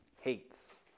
hates